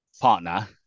partner